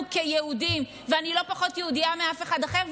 כיהודים ואני לא פחות יהודייה מאף אחד אחר.